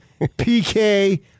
PK